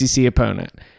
opponent